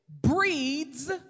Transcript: breeds